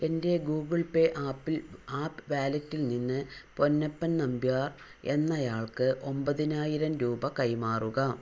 എൻ്റെ Google Pay ആപ്പിൽ app വാലറ്റിൽ നിന്ന് പൊന്നപ്പൻ നമ്പ്യാർ എന്നയാൾക്ക് ഒമ്പതിനായിരം രൂപ കൈമാറുക